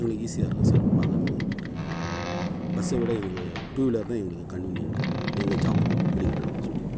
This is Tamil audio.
எங்களுக்கு ஈசியாக இருக்கும் சாரை பார்க்குறதுக்கு டயம் பஸ்ஸை விட எங்களுக்கு டூவீலர் தான் எங்களுக்கு கன்வீனியண்ட்டு எங்கள் ஜாபுக்கு மெடிக்கல் ரெப்ரசண்ட்டிவ்